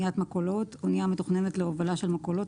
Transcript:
"אניית מכולות" אנייה המתוכננת להובלה של מכולות,